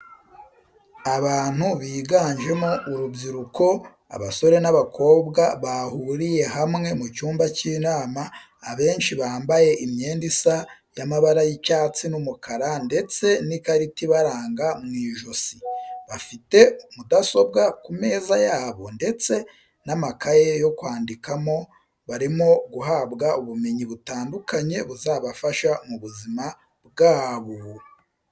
Abantu biganjemo urubyiruko abasore n'abakobwa bahuriye hamwe mu cyumba cy'inama, abenshi bambaye imyenda isa y'amabara y'icyatsi n'umukara ndetse n'ikarita ibaranga mu ijosi, bafite mudasobwa ku meza yabo ndetse n'amakaye yo kwandikamo, barimo guhabwa ubumenyi butandukanye buzabafasha mu buzima bwabo.